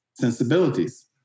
sensibilities